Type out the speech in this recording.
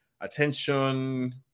attention